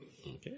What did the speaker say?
Okay